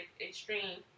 extreme